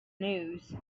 news